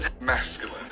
masculine